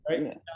right